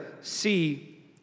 see